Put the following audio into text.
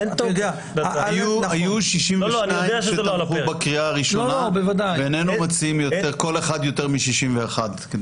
היו 62 שתמכו בקריאה הראשונה ואיננו מציעים קול אחד יותר מ-61.